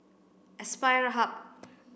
Aspire Hub